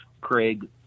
Craig